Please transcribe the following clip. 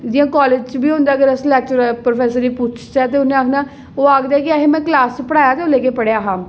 जि'यां कॉलेज बिच बी होंदा अगर अस लेक्चरार पर्रोफेसर गी पुच्छचै ते उ'न्नै आखना ओह् आखदे के असें भाऐं क्लास च पढ़ाया हा लेकिन पढ़ेआ हा